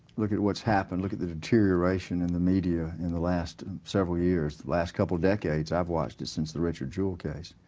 look at what's happened. look at the deterioration in the media in the last several years. the last couple decades, i've watched it since the richard jewell case.